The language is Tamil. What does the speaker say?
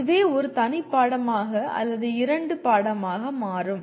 அதுவே ஒரு தனி பாடமாக அல்லது இரண்டு பாடமாக மாறும்